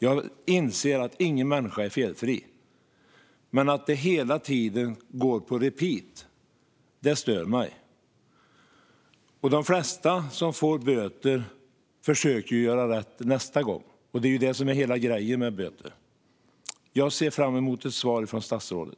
Jag inser att ingen människa är felfri, men att det hela tiden går på repeat stör mig. De flesta som får böter försöker göra rätt nästa gång; det är ju det som är hela grejen med böter. Jag ser fram emot ett svar från statsrådet.